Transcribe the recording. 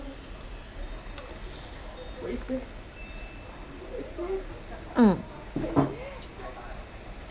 mm